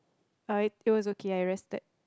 uh it it was okay I rested